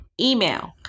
email